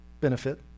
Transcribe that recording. Benefit